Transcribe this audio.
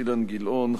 אילן גילאון,